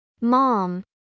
Mom